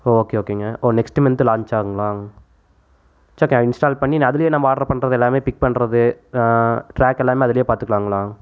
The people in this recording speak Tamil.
ஓகே ஓகேங்க ஓ நெக்ஸ்ட் மன்த்து லான்ச் ஆகுங்களா சரி ஓகே நான் இன்ஸ்டால் பண்ணி அதுலேயே நம்ம ஆர்ட்ரு பண்ணுறது எல்லாமே பிக் பண்ணுறது ட்ராக் எல்லாமே அதுலேயே பார்த்துக்கலாங்களா